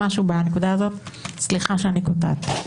סליחה שאני קוטעת,